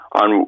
on